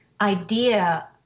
idea